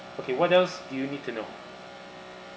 okay what else you need to know